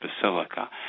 Basilica